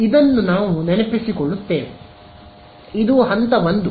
ಆದ್ದರಿಂದ ಇದನ್ನು ನಾವು ನೆನಪಿಸಿಕೊಳ್ಳುತ್ತೇವೆ ಇದು ಹಂತ 1